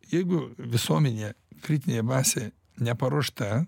jeigu visuomenė kritinė masė neparuošta